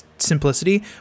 simplicity